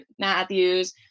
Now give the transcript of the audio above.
Matthews